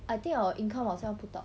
I think our income 好像不到